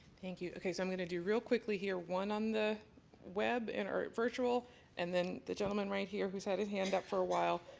thank you. so i'm going to do real quickly here one on the web and or virtual and then the gentleman right here who's had his hand up for a while,